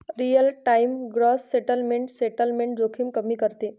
real time gross settlement settlement जोखीम कमी करते